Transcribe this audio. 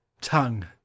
tongue